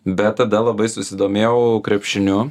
bet tada labai susidomėjau krepšiniu